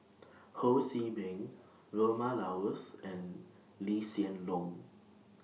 Ho See Beng Vilma Laus and Lee Hsien Loong